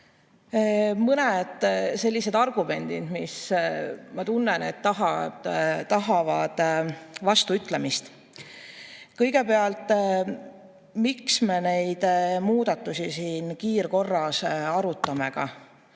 mõned sellised argumendid, mis, ma tunnen, tahavad vastuütlemist. Kõigepealt, miks me neid muudatusi siin kiirkorras arutame?